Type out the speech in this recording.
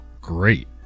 Great